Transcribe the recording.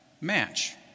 match